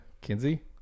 Kinsey